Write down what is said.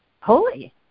holy